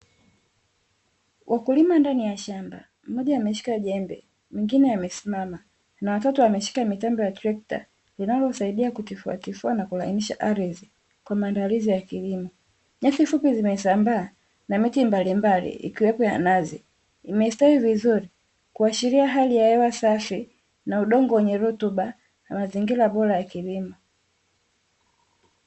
Wakulima ndani ya shamba, mmoja ameshika jembe, mwingine amesimama na watatu ameshika mitambo ya trekta linalosaidia kutifuatifua na kulainisha ardhi kwa mandaalizi ya kilimo. Nyasi fupi zimesambaa na miti mbalimbali ikiwepo ya nazi. Imestawi vizuri kuashiria hali ya hewa safi na udongo wenye rutuba na mazingira bora ya kilimo.